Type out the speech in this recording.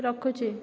ରଖୁଛି